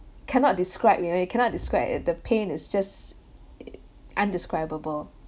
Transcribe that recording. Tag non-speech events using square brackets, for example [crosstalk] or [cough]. cannot describe you know you cannot describe it the pain it's just [noise] undescribable